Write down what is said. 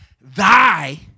thy